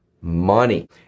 money